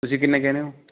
ਤੁਸੀਂ ਕਿੰਨੇ ਕਹਿੰਦੇ ਹੋ